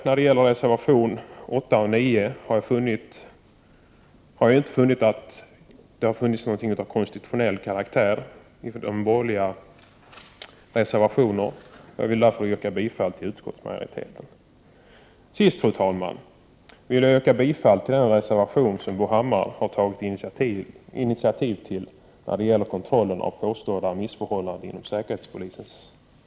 När det gäller reservationerna 8 och 9 har jag inte funnit att det legat någonting av konstitutionell karaktär i dessa reservationer. Jag vill därför yrka bifall till utskottsmajoritetens anmälan. Fru talman! Till sist vill jag yrka bifall till den reservation som Bo Hammar har tagit initiativ till. Reservationen tar upp frågan om kontroll av påstådda missförhållanden inom säkerhetspolisen.